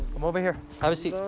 come over here. have a seat.